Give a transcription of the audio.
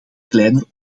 kleiner